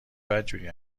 بدجوری